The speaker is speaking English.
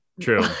True